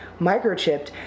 microchipped